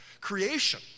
Creation